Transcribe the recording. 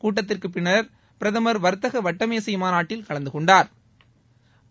கூட்டத்திற்கு பின்னர் பிரதமர் வர்த்தக வட்டமேசை மாநாட்டில் கலந்துகொண்டாா்